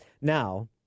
Now